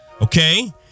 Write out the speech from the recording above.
Okay